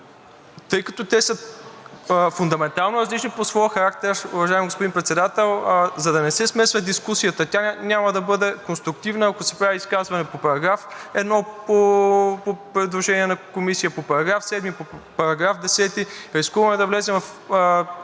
Тъй като са фундаментално различни по своя характер, уважаеми господин Председател, за да не се смесва дискусията – тя няма да бъде конструктивна, ако се прави изказване по параграф 1 по предложение на Комисията, по § 7, § 10, и рискуваме да влезем в